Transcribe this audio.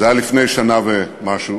זה היה לפני שנה ומשהו,